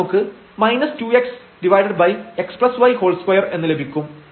വീണ്ടും നമുക്ക് 2xxy2എന്ന് ലഭിക്കും